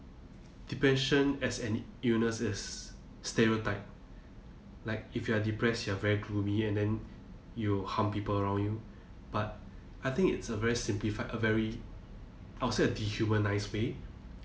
depression as an illnesses stereotype like if you are depressed you are very gloomy and then you harm people around you but I think it's a very simplified a very I'll say a dehumanised way